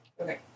Okay